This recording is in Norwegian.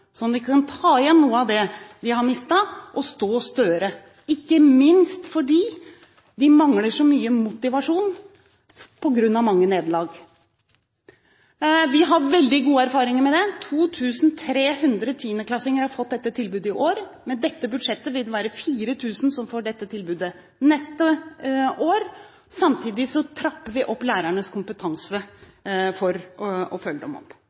sånn at de kan ta igjen noe av det de har mistet, og stå støere, ikke minst fordi de mangler så mye motivasjon på grunn av mange nederlag. Vi har veldig gode erfaringer med det; 2 300 tiendeklassinger har fått dette tilbudet i år. Med dette budsjettet vil det være 4 000 som får dette tilbudet neste år. Samtidig trapper vi opp lærernes kompetanse for å følge dem